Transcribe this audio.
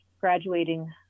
graduating